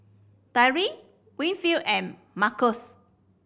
Tyree Winfield and Markus